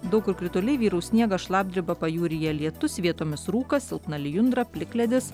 daug kur krituliai vyraus sniegas šlapdriba pajūryje lietus vietomis rūkas silpna lijundra plikledis